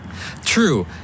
True